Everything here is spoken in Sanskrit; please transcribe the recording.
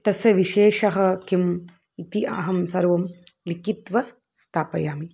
तस्य विशेषः किम् इति अहं सर्वं लिकित्वा स्थापयामि